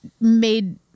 made